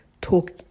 talk